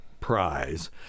prize